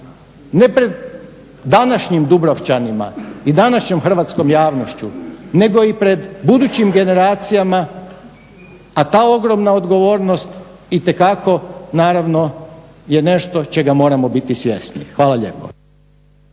ne pred današnjim Dubrovčanima i današnjom hrvatskom javnošću nego i pred budućim generacijama a ta ogromna odgovornost itekako naravno je nešto čega moramo biti svjesni. Hvala lijepo.